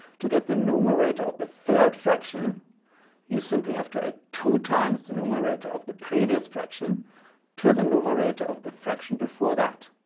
to get the numerator of the third fraction you simply have to add two times the numerator of the previous fraction to the numerator of the fraction before that.